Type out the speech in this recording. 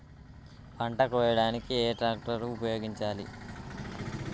పంట కోయడానికి ఏ ట్రాక్టర్ ని ఉపయోగించాలి?